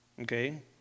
Okay